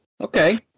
okay